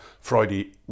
friday